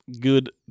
Good